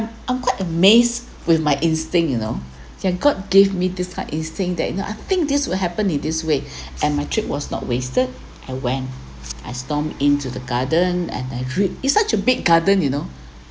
I'm quite amazed with my instinct you know yeah god give me this kind instinct that you know I think this will happen in this way and my trick was not wasted and when I stomped into the garden and I viewed it's such a big garden you know